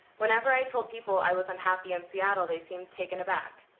whenever i told people i was unhappy in seattle, they seemed taken aback.